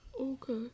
Okay